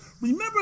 Remember